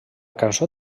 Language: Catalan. cançó